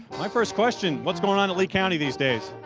my first question, what's going on at lee county these days?